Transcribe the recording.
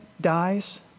dies